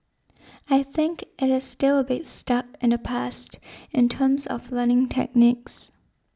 I think it is still a bit stuck in the past in terms of learning techniques